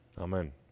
Amen